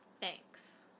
Thanks